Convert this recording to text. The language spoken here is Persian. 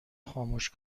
خاموش